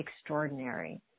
extraordinary